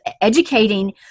educating